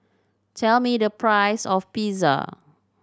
tell me the price of Pizza